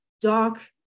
dark